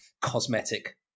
cosmetic